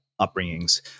upbringings